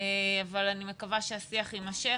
אבל אני מקווה שהשיח יימשך